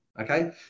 okay